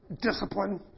discipline